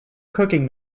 cooking